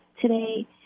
today